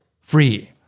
free